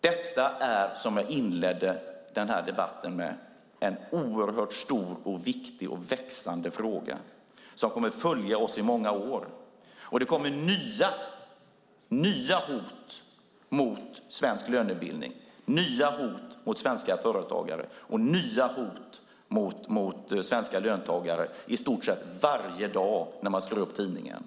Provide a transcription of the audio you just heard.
Detta är, som jag inledde debatten med, en oerhört stor, viktig och växande fråga som kommer att följa oss i många år. Det kommer nya hot mot svensk lönebildning, nya hot mot svenska företagare och nya hot mot svenska löntagare. Det ser man i stort sett varje dag när man slår upp tidningen.